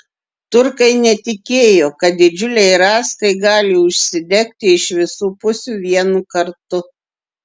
turkai netikėjo kad didžiuliai rąstai gali užsidegti iš visų pusių vienu kartu